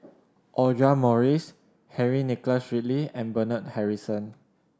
Audra Morrice Henry Nicholas Ridley and Bernard Harrison